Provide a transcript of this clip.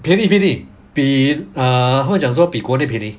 便宜便宜比他们讲说比国内便宜